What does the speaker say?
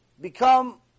become